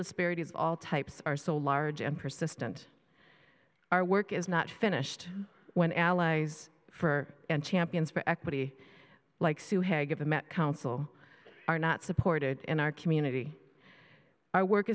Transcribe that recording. disparity of all types are so large and persistent our work is not finished when allies for and champions for equity like sue hegg of the met council are not supported in our community our work